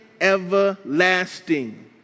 everlasting